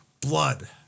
blood